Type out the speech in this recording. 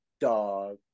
dog